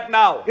now